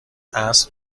عصر